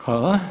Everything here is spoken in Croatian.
Hvala.